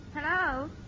Hello